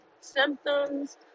symptoms